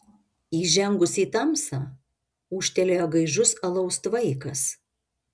įžengus į tamsą ūžtelėjo gaižus alaus tvaikas